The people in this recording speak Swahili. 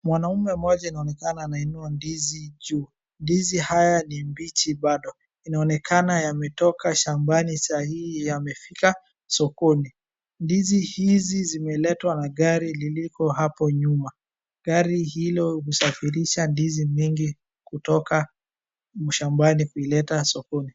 Mwanaume mmoja inaonekana anainua ndizi juu, ndizi haya ni mbichi bado. Inaonekana yametoka shambani sahii yamefika sokoni, ndizi hizi zimeletwa na gari liliko hapo nyuma gari hilo husafirisha ndizi mengi kutoka mashambani kuileta sokoni.